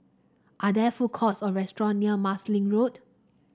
are there food courts or restaurant near Marsiling Road